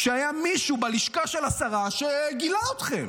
שהיה מישהו בלשכה של השרה שגילה אתכם.